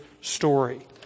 story